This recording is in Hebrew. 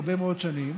הרבה מאוד שנים.